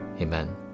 Amen